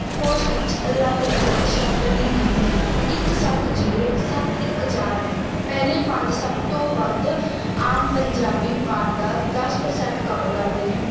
ਕੋਸ਼ ਵਿੱਚ ਅਲੱਗ ਅਲੱਗ ਸ਼ਬਦਾਂ ਦੀ ਗਿਣਤੀ ਇੱਕ ਸੱਤ ਜੀਰੋ ਸੱਤ ਇੱਕ ਚਾਰ ਹੈ ਪਹਿਲੇ ਪੰਜ ਸਭ ਤੋਂ ਵੱਧ ਆਮ ਪੰਜਾਬੀ ਪਾਰਟ ਦਾ ਦਸ ਪ੍ਰਸੈਂਟ ਕਵਰ ਕਰਦੇ ਨੇ